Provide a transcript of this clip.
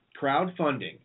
crowdfunding